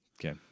Okay